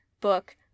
book